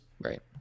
Right